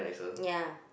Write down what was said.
ya